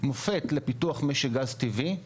לפיתוח משק גז טבעי.